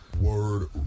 word